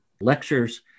lectures